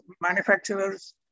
manufacturers